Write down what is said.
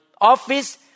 office